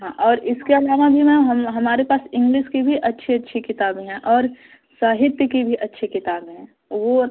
हाँ और इसके अलावा भी मैम हम हमारे पास इंग्लिस की भी अच्छी अच्छी किताबें हैं और साहित्य की भी अच्छी किताबें हैं ओर